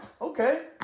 Okay